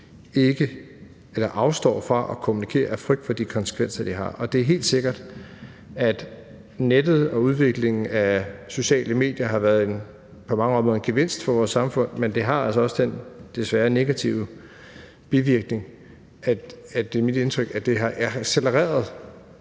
afstår fra at kommunikere af frygt for de konsekvenser, det har. Og det er helt sikkert, at nettet og udviklingen af sociale medier på mange måder har været en gevinst for vores samfund, men det har altså desværre også den negative bivirkning – det er mit indtryk – at det talerør